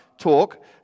talk